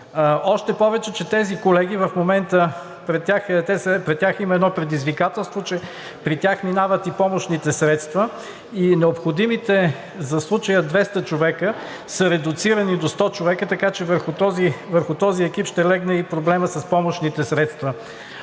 Още повече тези колеги – в момента пред тях има предизвикателство – че през тях минават и помощните средства, и необходимите за случая 200 човека са редуцирани до 100 човека, така че върху този екип ще легне и проблемът с помощните средства.